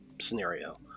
scenario